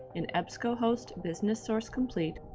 in ebscohost business source complete